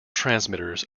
transmitters